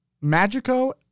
Magico